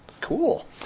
Cool